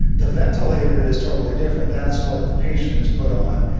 the ventilator is totally different. that's what the patient is put on.